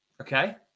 Okay